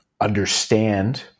understand